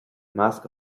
measc